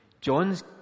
John's